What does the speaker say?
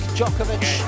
Djokovic